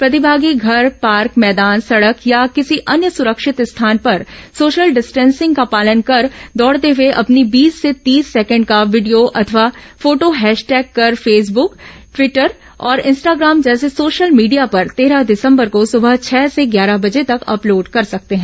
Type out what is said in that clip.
प्रतिभागी घर पार्क मैदान सडक या किसी अन्य सरिक्षत स्थान पर सोशल डिस्टिंसिंग का पालन कर दौड़ते हए अपनी बीस से तीस सेकेंड का वीडियो अथवा फोटो हैशटैग कर फेसबुक ट्वीटर और इंस्टाग्राम जैसे सोशल मीडिया पर तेरह दिसंबर को सुबह छह से ग्यारह बजे तक अपलोड कर सकते हैं